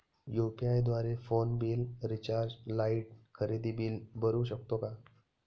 UPI द्वारे phone bill, recharge, light, खरेदी bill भरू शकतो का?